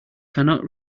cannot